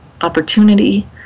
opportunity